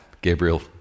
gabriel